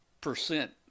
percent